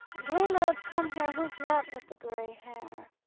caleb, come here! who's that with the grey hair?